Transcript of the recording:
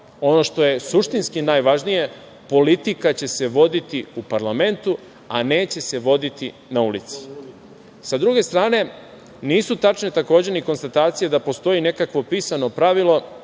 ono što je suštinski najvažnije – politika će se voditi u parlamentu, a neće se voditi na ulici. Sa druge strane, nisu tačne, takođe, ni konstatacije da postoji nekakvo pisano pravilo,